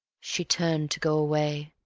she turned to go away.